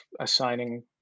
assigning